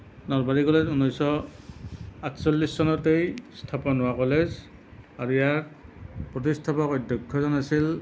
Nalbari college ঊনৈছশ আঠচল্লিছ চনতেই স্থাপন হোৱা কলেজ আৰু ইয়াৰ প্ৰতিস্থাপক অধ্যক্ষজন আছিল